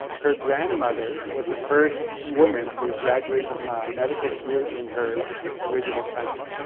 her grandmother was the first woman to graduate from a medical school in her original country.